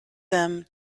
them